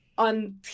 on